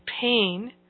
pain